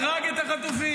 הרג את החטופים,